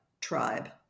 tribe